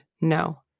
no